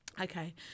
Okay